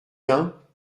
dain